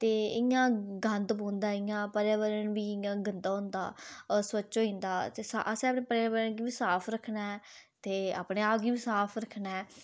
ते इं'या गंद पौंदा इं'या पलै पलै प्ही इं'या गंदा होंदा ते ओह् स्वच्छ होई जंदा ते असें पर्यावरण गी बी साफ रक्खना ऐ ते अपने आप गी बी साफ रक्खना ऐ